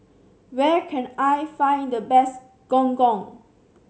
where can I find the best Gong Gong